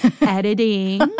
editing